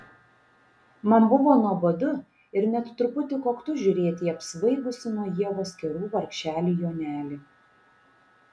man buvo nuobodu ir net truputį koktu žiūrėti į apsvaigusį nuo ievos kerų vargšelį jonelį